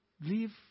leave